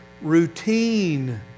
Routine